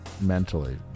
mentally